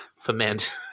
ferment